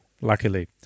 luckily